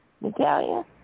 Natalia